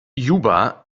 juba